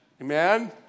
Amen